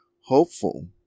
hopeful